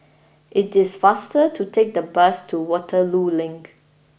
it is faster to take the bus to Waterloo Link